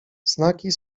znaki